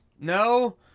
No